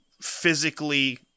physically